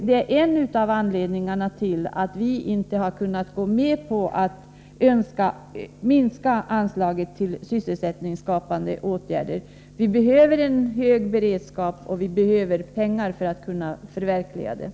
Det är en av anledningarna till att vi socialdemokrater inte har kunnat gå med på att minska anslaget till sysselsättningsskapande åtgärder. Vi behöver en hög beredskap, och vi behöver pengar för att kunna förverkliga den.